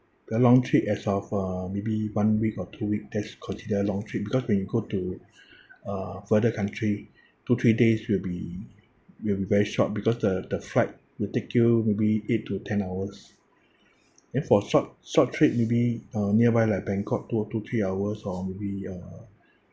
the long trip as of uh maybe one week or two week that's consider long trip because when you go to uh further country two three days will be will be very short because the the flight will take you maybe eight to ten hours then for short short trip maybe uh nearby like bangkok two two three hours or maybe uh